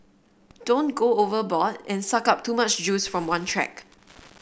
don't go overboard and suck up too much juice from one track